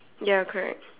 ya correct